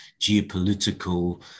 geopolitical